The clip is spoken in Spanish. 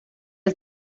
del